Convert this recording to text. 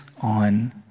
on